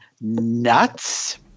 nuts